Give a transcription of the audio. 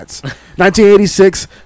1986